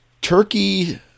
turkey